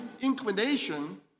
inclination